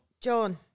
John